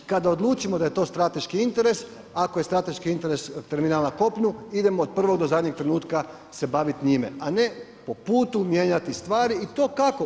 Kada odlučimo da je to strateški interes, ako je strateški interes terminal na kopnu, idemo od prvog do zadnjeg trenutku se bavit njime, a ne po putu mijenjati stvari i to kako?